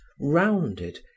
rounded